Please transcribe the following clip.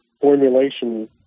formulation